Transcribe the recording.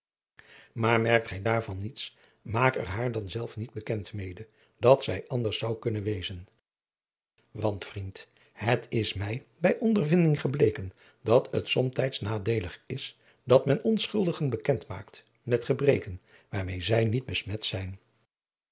maar merkt gij daarvan niets maak er haar dan zelf niet bekend mede dat zij anders zou kunnen wezen want vriend het is mij bij ondervinding gebleken dat het somtijds nadeelig is dat men onschuldigen bekend maakt met gebreken waarmeê zij niet besmet zijn